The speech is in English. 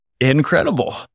Incredible